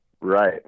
Right